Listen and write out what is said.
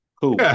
Cool